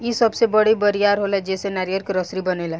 इ सबसे बड़ी बरियार होला जेसे नारियर के रसरी बनेला